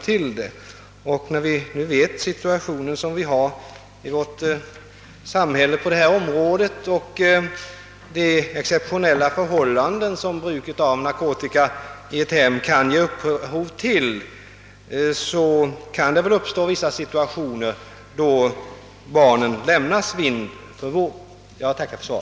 Vi vet ju hurudan situationen i vårt samhälle är på detta område, och med tanke på de exceptionella förhållanden som bruket av narkotika kan ge upphov till i ett hem kan det naturligtvis uppstå situationer, då barnen lämnas vind för våg.